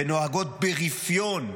ונוהגות ברפיון,